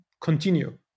continue